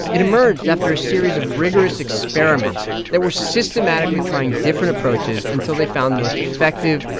it emerged after a series of rigorous experiments that were systematically trying different approaches until they found the most effective,